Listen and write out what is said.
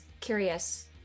curious